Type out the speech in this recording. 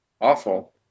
Awful